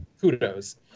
kudos